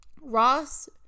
Ross